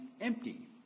empty